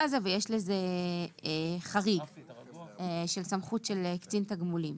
הזה ויש לזה חריג של סמכות של קצין תגמולים.